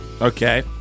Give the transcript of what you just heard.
Okay